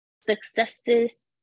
successes